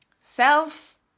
self